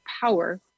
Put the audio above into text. power